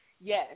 yes